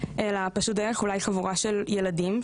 אלא פשוט דרך אולי חבורה של ילדים,